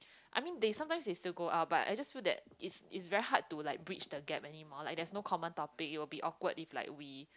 I mean they sometimes they still go out but I just feel that it's it's very hard to like bridge the gap anymore there's no common topic it will be awkward if like we